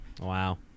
Wow